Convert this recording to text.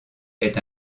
est